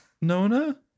Nona